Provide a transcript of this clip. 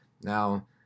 Now